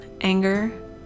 anger